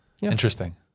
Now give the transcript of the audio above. Interesting